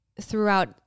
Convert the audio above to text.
throughout